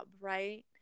right